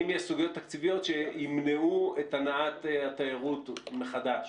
שימנעו את הנעת התיירות מחדש?